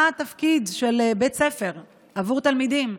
מה התפקיד של בית ספר עבור תלמידים?